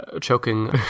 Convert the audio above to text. choking